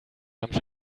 nach